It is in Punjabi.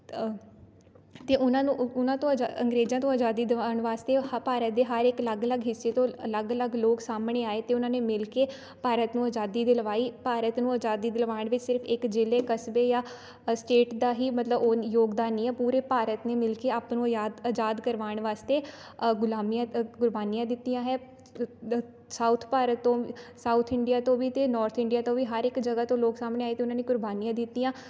ਅਤੇ ਉਹਨਾਂ ਨੂੰ ਉਹ ਉਹਨਾਂ ਤੋਂ ਅਜ਼ਾ ਅੰਗਰੇਜ਼ਾਂ ਤੋਂ ਆਜ਼ਾਦੀ ਦਿਵਾਉਣ ਵਾਸਤੇ ਉਹ ਹ ਭਾਰਤ ਦੇ ਹਰ ਇੱਕ ਅਲੱਗ ਅਲੱਗ ਹਿੱਸੇ ਤੋਂ ਅਲੱਗ ਅਲੱਗ ਲੋਕ ਸਾਹਮਣੇ ਆਏ ਅਤੇ ਉਹਨਾਂ ਨੇ ਮਿਲ ਕੇ ਭਾਰਤ ਨੂੰ ਆਜ਼ਾਦੀ ਦਿਲਵਾਈ ਭਾਰਤ ਨੂੰ ਆਜ਼ਾਦੀ ਦਿਲਵਾਣ ਵਿੱਚ ਸਿਰਫ ਇੱਕ ਜ਼ਿਲ੍ਹੇ ਕਸਬੇ ਜਾਂ ਸਟੇਟ ਦਾ ਹੀ ਮਤਲਬ ਉਹ ਨਹੀਂ ਯੋਗਦਾਨ ਨਹੀਂ ਹੈ ਪੂਰੇ ਭਾਰਤ ਨੇ ਮਿਲ ਕੇ ਆਪਾਂ ਨੂੰ ਆਜ਼ਾਦ ਆਜ਼ਾਦ ਕਰਵਾਉਣ ਵਾਸਤੇ ਗੁਲਾਮੀਆਂ ਅ ਕੁਰਬਾਨੀਆਂ ਦਿੱਤੀਆਂ ਹੈ ਸਾਊਥ ਭਾਰਤ ਤੋਂ ਸਾਊਥ ਇੰਡੀਆ ਤੋਂ ਵੀ ਅਤੇ ਨੌਰਥ ਇੰਡੀਆ ਤੋਂ ਵੀ ਹਰ ਇੱਕ ਜਗ੍ਹਾ ਤੋਂ ਲੋਕ ਸਾਹਮਣੇ ਆਏ ਅਤੇ ਉਹਨਾਂ ਨੇ ਕੁਰਬਾਨੀਆਂ ਦਿੱਤੀਆਂ